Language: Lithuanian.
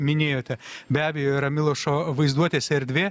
minėjote be abejo yra milošo vaizduotės erdvė